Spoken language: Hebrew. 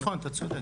נכון אתה צודק.